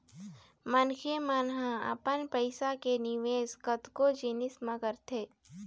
मनखे मन ह अपन पइसा के निवेश कतको जिनिस म करथे